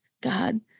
God